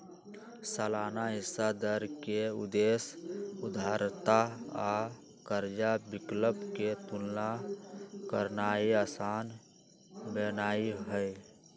सालाना हिस्सा दर के उद्देश्य उधारदाता आ कर्जा विकल्प के तुलना करनाइ असान बनेनाइ हइ